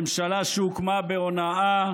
ממשלה שהוקמה בהונאה,